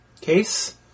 case